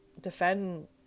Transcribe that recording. defend